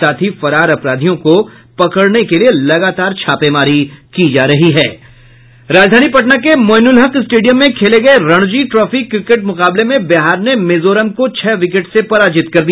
साथ ही फरार अपराधियों को पकड़ने के लिए लगातार छापेमारी की जा रही है राजधानी पटना के मोईनुलहक स्टेडियम में खेले गये रणजी ट्रॉफी क्रिकेट मुकाबले में बिहार ने मिजोरम को छह विकेट से पराजित कर दिया